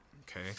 okay